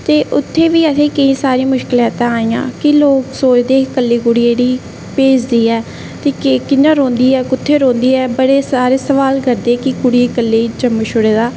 ते उत्थै बी असेंगी केईं सारी मुश्कलातां आइयां की लोक सोचदे कि कल्ली कुड़ी जेह्ड़ी कि कुत्थें रौहंदी ऐ कि'यां रौंहदी ऐ ते बड़े सारे सोआल करदे के कुड़ी गी कल्ले जम्मू छोड़े दा ऐ